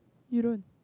you don't